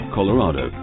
Colorado